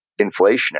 inflationary